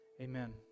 Amen